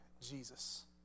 Jesus